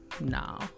no